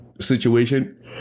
situation